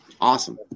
Awesome